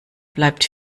bleibt